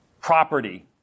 property